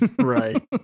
right